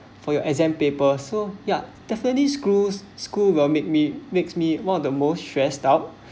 for your exam paper so ya definitely schools school will made me makes me one of the most stressed out